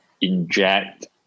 inject